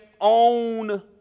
own